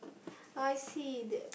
I see that